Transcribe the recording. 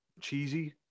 cheesy